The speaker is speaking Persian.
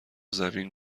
زمین